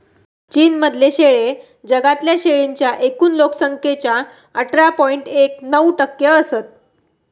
चीन मधले शेळे जगातल्या शेळींच्या एकूण लोक संख्येच्या अठरा पॉइंट एक नऊ टक्के असत